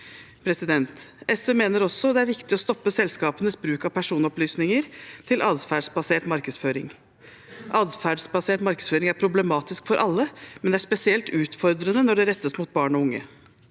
uenighet. SV mener det er viktig å stoppe selskapenes bruk av personopplysninger til adferdsbasert markedsføring. Adferdsbasert markedsføring er problematisk for alle, men det er spesielt utfordrende når den rettes mot barn og unge.